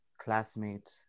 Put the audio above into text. classmate